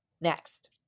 Next